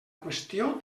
qüestió